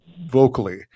vocally